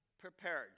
prepared